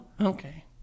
Okay